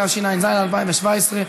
התשע"ז 2017,